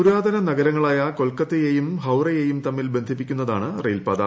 പുരാതന നഗരങ്ങളായ കൊൽക്കത്തയേയും ഹൌറയേയും തമ്മിൽ ബന്ധിപ്പിക്കുന്നതാണ് റെയിൽപാത